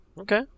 Okay